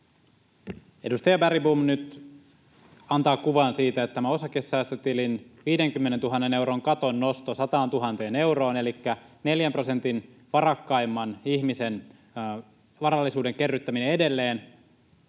Edustaja Bergbom nyt antaa kuvan siitä, että tämä osakesäästötilin 50 000 euron katon nosto 100 000 euroon elikkä varakkaimman neljän prosentin varallisuuden kerryttäminen edelleen